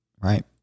Right